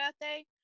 birthday